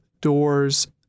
doors